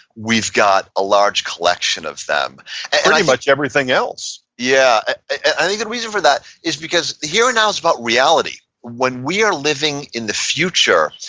we've got a large collection of them pretty much everything else yeah. i think the reason for that is, the here and now is about reality. when we are living in the future,